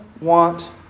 want